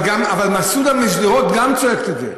אבל מסעודה משדרות גם צועקת את זה.